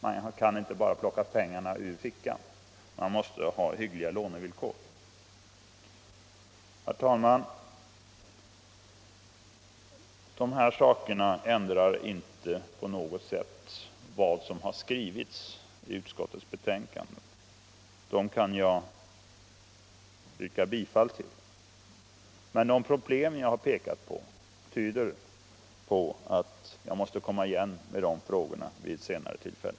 Man kan inte bara plocka pengar ut ur fickan, och därför måste det skapas hyggliga lånevillkor. Herr talman! Vad jag nu sagt ändrar inte på något sätt det som har skrivits i utskottets betänkanden. Vad utskottet har hemställt kan jag yrka bifall till, men de problem jag har pekat på tyder på att jag måste komma igen i de frågorna vid ett senare tillfälle.